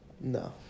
No